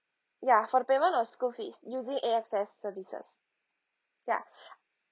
ya for the payment of school fees using A_X_S services ya